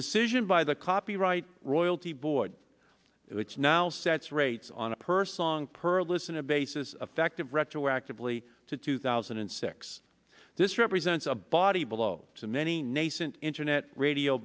decision by the copyright royalty board it's now sets rates on a per song per listener basis affective retroactively to two thousand and six this represents a body blow to many nascent internet radio